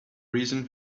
reason